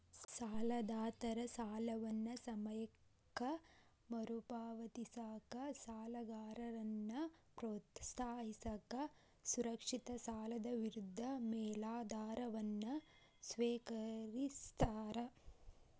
ಸಾಲದಾತರ ಸಾಲವನ್ನ ಸಮಯಕ್ಕ ಮರುಪಾವತಿಸಕ ಸಾಲಗಾರನ್ನ ಪ್ರೋತ್ಸಾಹಿಸಕ ಸುರಕ್ಷಿತ ಸಾಲದ ವಿರುದ್ಧ ಮೇಲಾಧಾರವನ್ನ ಸ್ವೇಕರಿಸ್ತಾರ